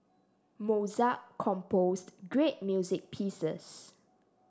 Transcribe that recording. Mozart composed great music pieces